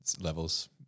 levels